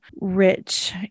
rich